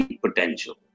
potential